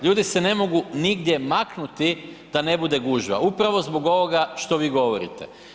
Ljudi se ne mogu nigdje maknuti da ne bude gužve, upravo zbog ovoga što vi govorite.